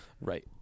right